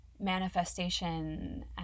manifestation